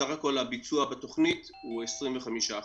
סך הכול הביצוע בתוכנית הוא 25%,